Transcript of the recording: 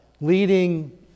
leading